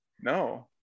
No